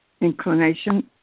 inclination